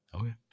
Okay